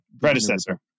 predecessor